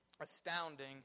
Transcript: astounding